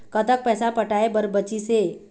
कतक पैसा पटाए बर बचीस हे?